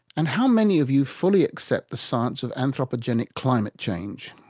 and how many of you fully accept the science of anthropogenic climate change?